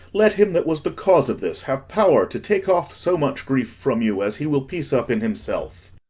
let him that was the cause of this have power to take off so much grief from you as he will piece up in himself.